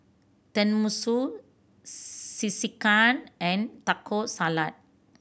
Tenmusu Sekihan and Taco Salad